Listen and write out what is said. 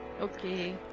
Okay